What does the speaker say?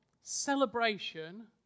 celebration